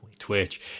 twitch